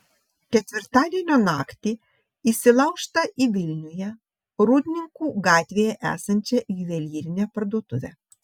ketvirtadienio naktį įsilaužta į vilniuje rūdninkų gatvėje esančią juvelyrinę parduotuvę